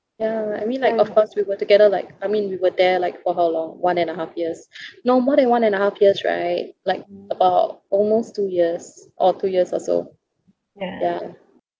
ya I mean like of course we were together like I mean we were there like for how long one and a half years no more than one and a half years right like about almost two years or two years or so yeah